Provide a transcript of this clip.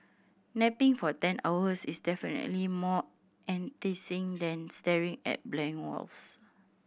napping for ten hours is definitely more enticing than staring at blank walls